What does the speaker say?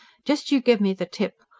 just you gimme the tip.